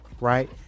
right